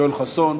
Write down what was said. יואל חסון.